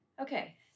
Okay